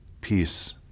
peace